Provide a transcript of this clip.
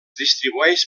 distribueix